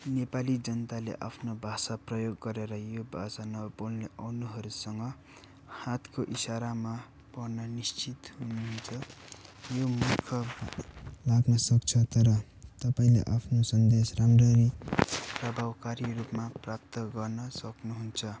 नेपाली जनताले आफ्नो भाषा प्रयोग गरेर यो भाषा नबोल्ने अन्नहरूसँग हातको इसारामा पर्न निश्चित हुनुहुन्छ यो मूर्ख लाग्न सक्छ तर तपाईँले आफ्नो सन्देश राम्ररी प्रभावकारी रूपमा प्राप्त गर्न सक्नुहुन्छ